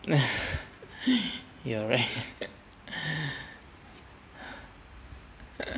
you are right